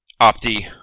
Opti